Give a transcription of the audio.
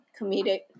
comedic